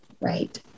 right